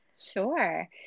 Sure